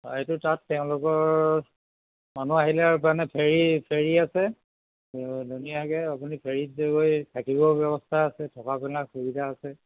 অ' এইটো তাত তেওঁলোকৰ মানুহ আহিলে আৰু মানে ফেৰি ফেৰি আছে ত' ধুনীয়াকৈ আপুনি ফেৰিত গৈ থাকিব ব্যৱস্থা আছে থকা মেলা সুবিধা আছে